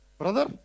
Brother